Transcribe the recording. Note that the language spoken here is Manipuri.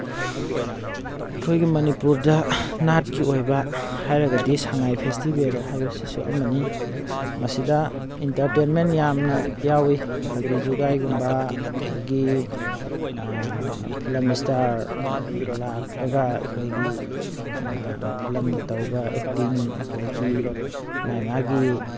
ꯑꯩꯈꯣꯏꯒꯤ ꯃꯅꯤꯄꯨꯔꯗ ꯅꯥꯠꯀꯤ ꯑꯣꯏꯕ ꯍꯥꯏꯔꯒꯗꯤ ꯁꯉꯥꯏ ꯐꯦꯁꯇꯤꯚꯦꯜ ꯍꯥꯏꯕꯁꯤꯁꯨ ꯑꯃꯅꯤ ꯃꯁꯤꯗ ꯏꯟꯇꯔꯇꯦꯟꯃꯦꯟ ꯌꯥꯝꯅ ꯌꯥꯎꯋꯤ ꯐꯥꯒꯤ ꯖꯨꯒꯥꯏꯒꯨꯝꯕ ꯑꯗꯒꯤ ꯐꯤꯂꯝ ꯏꯁꯇꯥꯔ ꯂꯥꯛꯂꯒ ꯑꯩꯈꯣꯏꯒꯤ ꯐꯤꯂꯝꯗ ꯇꯧꯕ ꯑꯦꯛꯇꯤꯡ ꯑꯗꯒꯤ ꯃꯥꯏ ꯃꯥꯒꯤ